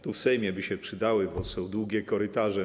Tu w Sejmie by się przydały, bo są długie korytarze.